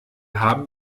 haben